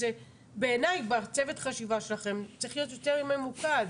בעיניי צוות החשיבה שלכם צריך להיות ממוקד.